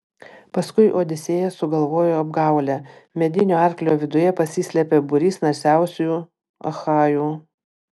paskui odisėjas sugalvojo apgaulę medinio arklio viduje pasislėpė būrys narsiausių achajų